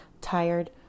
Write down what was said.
tired